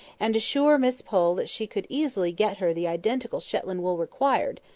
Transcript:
and assure miss pole she could easily get her the identical shetland wool required,